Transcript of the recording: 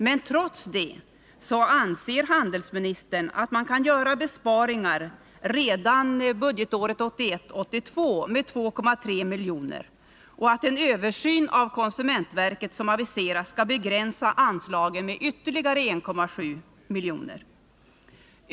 Men trots det anser handelsministern att man kan göra besparingar redan budgetåret 1981/82 med 2,3 miljoner och att den översyn av konsumentverket som aviserats skall begränsa anslaget med ytterligare 1,7 miljoner.